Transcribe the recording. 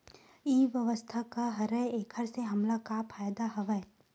ई व्यवसाय का हरय एखर से हमला का फ़ायदा हवय?